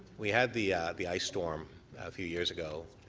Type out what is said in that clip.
we had the the ice storm a few years ago.